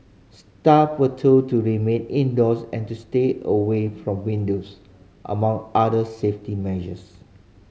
staff were told to remain indoors and to stay away from windows among other safety measures